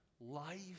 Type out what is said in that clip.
life